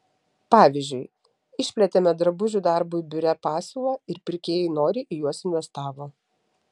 pavyzdžiui išplėtėme drabužių darbui biure pasiūlą ir pirkėjai noriai į juos investavo